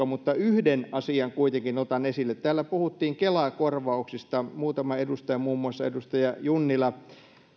mutta yhden asian kuitenkin otan esille täällä puhuttiin kela korvauksista muutama edustaja muun muassa edustaja junnila